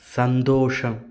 സന്തോഷം